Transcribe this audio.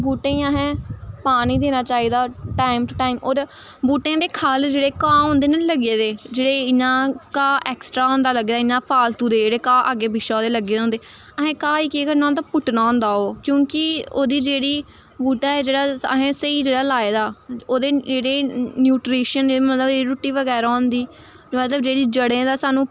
बूह्टें गी असें पानी देना चाहिदा टाइम टू टाइम होर बूह्टें दे खल्ल जेह्ड़े घाऽ होंदे ना लग्गे दे जेह्ड़े इ'यां घाऽ एक्सट्रा होंदा लग्गे दा इ'यां फालतू दे जेह्ड़े घाऽ अग्गें पीछे ओह्दे लग्गे दे होंदे असें घाऽ गी केह् करना होंदा पुट्टना होंदा ओह् क्योंकि ओह् दी जेह्ड़ी बहूटा ऐ जेह्ड़ा असें स्हेई जेह्ड़ा लाए दा ओह्दे जेह्ड़े नूट्रिशन मतलब रूट्टी बगैरा होंदी मतलब जेह्ड़ी जड़ें दा सानूं